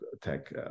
tech